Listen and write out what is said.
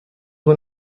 van